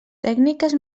tècniques